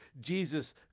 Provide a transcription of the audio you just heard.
Jesus